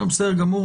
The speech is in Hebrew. בסדר גמור.